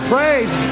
Praise